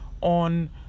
on